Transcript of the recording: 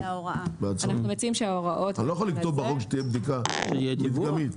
אני לא יכול לכתוב בחוק שתהיה בדיקה מדגמית.